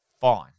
fine